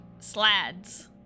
slads